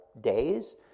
days